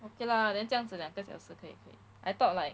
okay lah then 这样子两个小时可以可以 I thought like